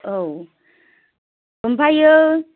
औ ओमफ्रायो